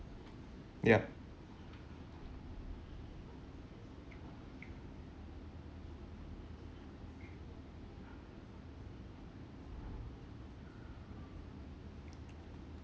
ya